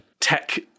tech